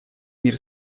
мир